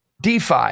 DeFi